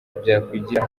byakwigira